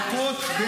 אל-קודס,